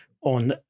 on